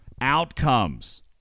outcomes